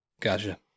Gotcha